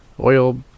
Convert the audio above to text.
Oil